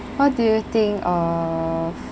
what do you think of